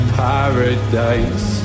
paradise